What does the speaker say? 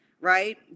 right